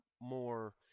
more